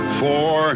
four